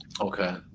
Okay